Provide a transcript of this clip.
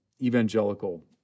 evangelical